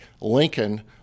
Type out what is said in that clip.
Lincoln